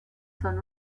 son